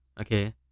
Okay